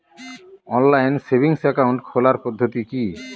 Online savings account খোলার পদ্ধতি কি?